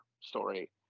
story